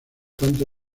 tanto